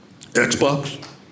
Xbox